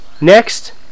next